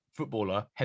Footballer